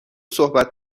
صحبت